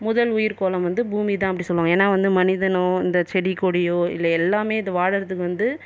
முதல் உயிர்கோளம் வந்து பூமிதான் அப்படி சொல்வாங்கள் ஏன்னா வந்து மனிதனோ இந்த செடி கொடியோ இல்லை எல்லாமே இதை வாழ்கிறதுக்கு வந்து